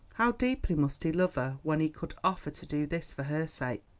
how deeply must he love her when he could offer to do this for her sake!